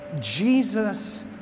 Jesus